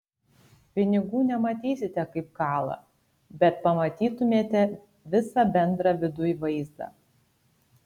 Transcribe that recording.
pinigų nematysite kaip kala bet pamatytumėte visą bendrą viduj vaizdą